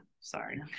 sorry